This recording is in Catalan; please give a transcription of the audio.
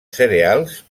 cereals